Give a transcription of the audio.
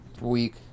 week